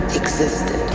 existed